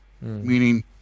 meaning